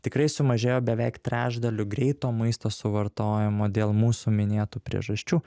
tikrai sumažėjo beveik trečdaliu greito maisto suvartojimo dėl mūsų minėtų priežasčių